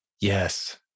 Yes